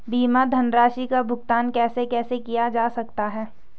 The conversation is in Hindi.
बीमा धनराशि का भुगतान कैसे कैसे किया जा सकता है?